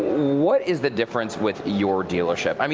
what is the difference with your dealership? i mean